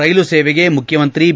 ರೈಲು ಸೇವೆಗೆ ಮುಖ್ಯಮಂತ್ರಿ ಬಿ